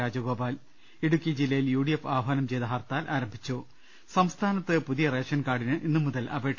രാജഗോപാൽ ഇടുക്കി ജില്ലയിൽ U D F ആഹ്വാനം ചെയ്ത ഹർത്താൽ ആരംഭിച്ചു സംസ്ഥാനത്ത് പുതിയ റേഷൻ കാർഡിന് ഇന്നുമുതൽ അപേക്ഷ